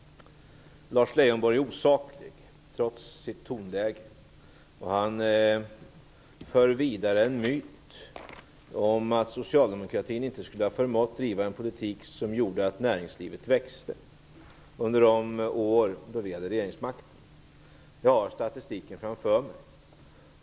Lars Leijonborg är osaklig, trots sitt tonläge. Han för vidare en myt om att socialdemokratin inte skulle ha förmått driva en politik som gjorde att näringslivet växte under de år då vi hade regeringsmakten. Jag har statistiken framför mig.